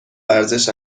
ورزش